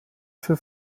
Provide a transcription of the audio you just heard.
für